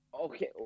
okay